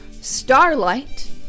starlight